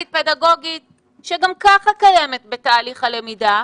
פדגוגית שגם ככה קיימת בתהליך הלמידה,